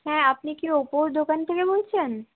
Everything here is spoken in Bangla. হ্যাঁ আপনি কি ওপোর দোকান থেকে বলছেন